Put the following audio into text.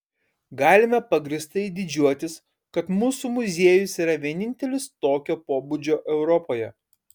galime pagrįstai didžiuotis kad mūsų muziejus yra vienintelis tokio pobūdžio europoje